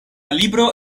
libro